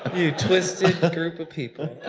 you twisted group of people.